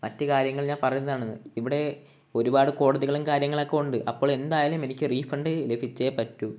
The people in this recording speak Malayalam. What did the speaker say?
മറ്റു കാര്യങ്ങൾ ഞാൻ പറയുന്നതാണ് ഇവിടെ ഒരുപാട് കോടതികളും കാര്യങ്ങളൊക്കെ ഉണ്ട് അപ്പോൾ എന്തായാലും എനിക്ക് റീഫണ്ട് ലഭിച്ചേ പറ്റൂ